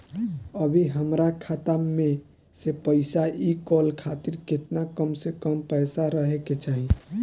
अभीहमरा खाता मे से पैसा इ कॉल खातिर केतना कम से कम पैसा रहे के चाही?